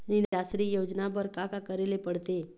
निराश्री योजना बर का का करे ले पड़ते?